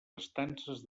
estances